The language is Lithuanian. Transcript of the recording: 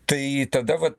tai tada va